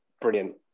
brilliant